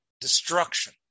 destruction